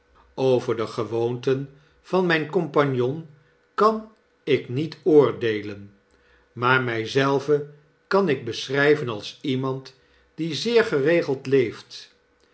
over de gewponten van myn compagnon kan ik niet oordeelen maar my zelven kan ik beschryven als iemand die zeer geregeld leeft